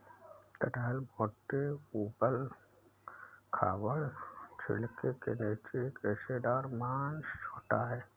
कटहल मोटे, ऊबड़ खाबड़ छिलके के नीचे एक रेशेदार मांस होता है